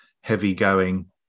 heavy-going